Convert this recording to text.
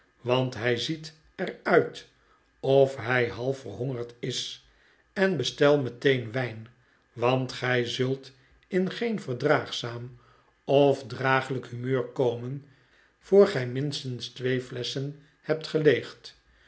want hij ziet er nit of hij half verhongerd is en bestel meteen wijn want gij zult in geen verdraaigzaam of draaglijk humeur komen voor gij minstens twee flesschen hebt geleegd